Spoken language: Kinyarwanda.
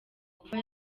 kuba